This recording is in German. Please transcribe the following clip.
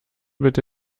bitte